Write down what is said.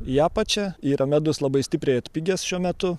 į apačią yra medus labai stipriai atpigęs šiuo metu